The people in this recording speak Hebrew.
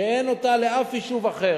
שאין אותה לאף יישוב אחר,